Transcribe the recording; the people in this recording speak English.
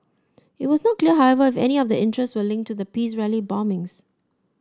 it was not clear however if any of the arrests were linked to the peace rally bombings